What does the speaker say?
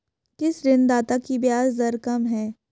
किस ऋणदाता की ब्याज दर कम है?